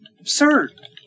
absurd